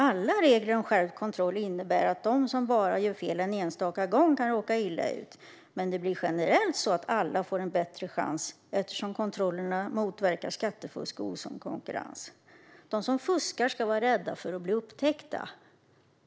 Alla regler om skärpt kontroll innebär att de som bara gör fel en enstaka gång kan råka illa ut. Men det blir generellt så att alla får en bättre chans eftersom kontrollerna motverkar skattefusk och osund konkurrens. De som fuskar ska vara rädda för att bli upptäckta."